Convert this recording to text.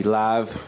live